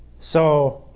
so,